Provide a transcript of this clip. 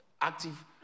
active